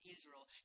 Israel